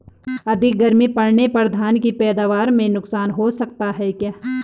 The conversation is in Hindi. अधिक गर्मी पड़ने पर धान की पैदावार में नुकसान हो सकता है क्या?